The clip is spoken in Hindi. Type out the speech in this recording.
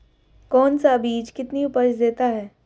कौन सा बीज कितनी उपज देता है?